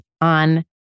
on